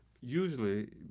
Usually